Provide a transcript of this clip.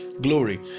glory